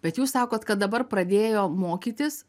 bet jūs sakot kad dabar pradėjo mokytis